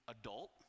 adult